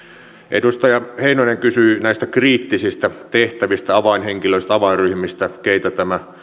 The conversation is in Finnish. edustaja heinonen kysyi näistä kriittisistä tehtävistä avainhenkilöistä avainryhmistä keitä tämä